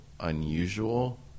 unusual